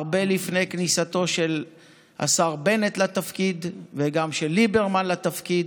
הרבה לפני כניסתו של השר בנט לתפקיד וגם כניסתו של ליברמן לתפקיד.